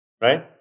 right